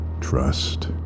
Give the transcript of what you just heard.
trust